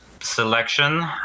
selection